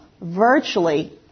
virtually